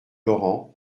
laurent